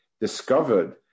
discovered